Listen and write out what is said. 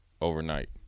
overnight